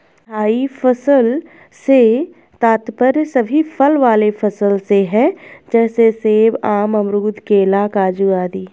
स्थायी फसल से तात्पर्य सभी फल वाले फसल से है जैसे सेब, आम, अमरूद, केला, काजू आदि